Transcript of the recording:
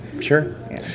Sure